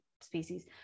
species